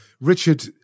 Richard